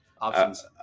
options